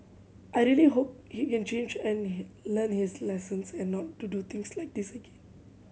I really hope he can change and he learn his lesson and not to do things like this again